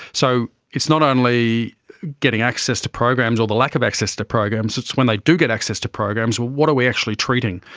so it's not only getting access to programs or the lack of access to programs, it's when they do get access to programs, well, what are we actually treating?